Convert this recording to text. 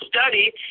study